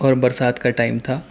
اور برسات کا ٹائم تھا